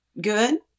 good